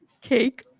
cake